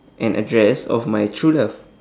an address of my true love